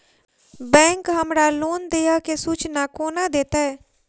Bank हमरा loan देय केँ सूचना कोना देतय?